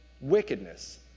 wickedness